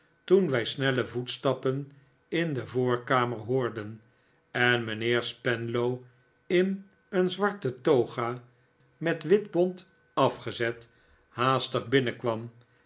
toen wij snell'e voetstappen in de voorkamer hoorden en mijnheer spenlow in een zwarte toga met wit bont afgezet haastig binnenkwam